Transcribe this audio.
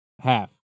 half